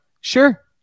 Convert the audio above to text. Sure